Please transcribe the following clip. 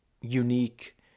unique